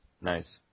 Nice